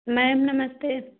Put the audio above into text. ma'am नमस्ते